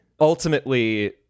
Ultimately